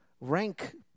rank